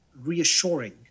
reassuring